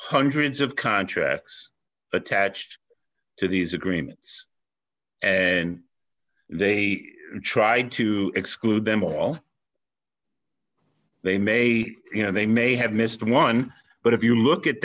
hundreds of contracts attached to these agreements and they tried to exclude them all they may you know they may have missed one but if you look at